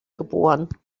geboren